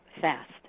fast